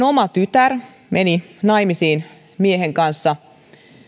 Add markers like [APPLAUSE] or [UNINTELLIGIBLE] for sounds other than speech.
[UNINTELLIGIBLE] oma tytär meni naimisiin miehen kanssa